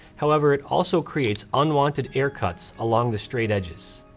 however, it also creates unwanted air cuts along the straight edges.